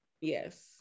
yes